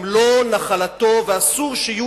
שזכויות אדם ואזרח הן לא נחלתו ואסור שיהיו